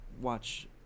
watch